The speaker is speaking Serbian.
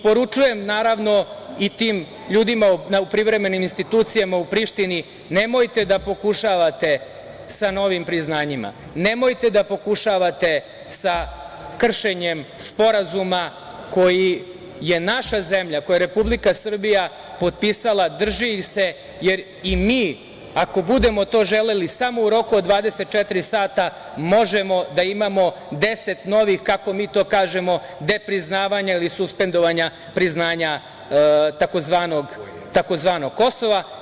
Poručujem tim ljudima u privremenim institucijama u Prištini - nemojte da pokušavate sa novim priznanjima, nemojte da pokušavate sa kršenjem Sporazuma koji je naša zemlja, koji je Republika Srbija potpisala i drži ih se, jer i mi, ako budemo to želeli, samo u roku od 24 sata možemo da imamo 10 novih, kako mi to kažemo, depriznavanja ili suspendovanja priznanja tzv. Kosova.